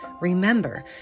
Remember